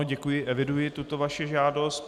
Děkuji, eviduji tuto vaši žádost.